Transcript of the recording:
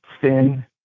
thin